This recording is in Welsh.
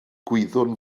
gwyddwn